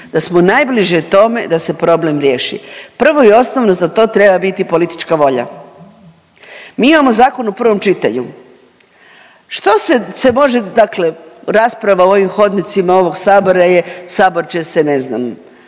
da smo najbliže tome da se problem riješi. Prvo i osnovno, za to treba biti politička volja. Mi imamo zakon u prvom čitanju. Što se sve može, dakle rasprava u ovim hodnicima, ovog Sabora je, Sabor će se, ne znam,